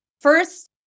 first